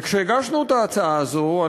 כאשר הגשנו את ההצעה הזאת,